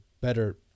better